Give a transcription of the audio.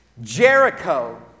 Jericho